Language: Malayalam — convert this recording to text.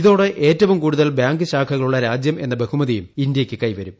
ഇതോട്ടെ ഏറ്റവും കൂടുതൽ ബാങ്ക് ശാഖകളുള്ള രാജ്യം എന്ന ബഹുമതിയും ഇന്ത്യക്ക് കൈവരും